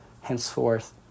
Henceforth